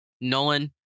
nolan